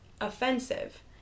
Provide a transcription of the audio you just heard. offensive